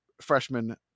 freshman